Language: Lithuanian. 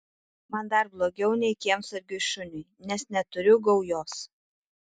man dar blogiau nei kiemsargiui šuniui nes neturiu gaujos